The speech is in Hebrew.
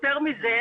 יתר מזה.